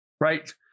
Right